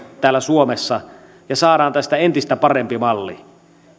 täällä suomessa ja saadaan tästä entistä parempi malli